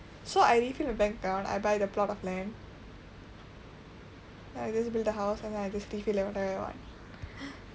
so I refill the bank now I buy the plot of land then I just build the house and then refill whenever I want